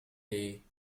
day